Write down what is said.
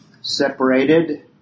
separated